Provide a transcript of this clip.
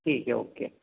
ठीक है ओके